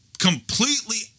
completely